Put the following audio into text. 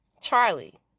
Charlie